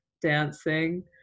dancing